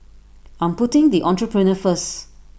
I'm putting the Entrepreneur First